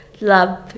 love